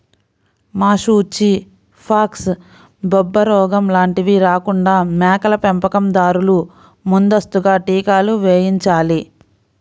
మశూచి, ఫాక్స్, బొబ్బరోగం లాంటివి రాకుండా మేకల పెంపకం దారులు ముందస్తుగా టీకాలు వేయించాలి